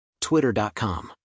Twitter.com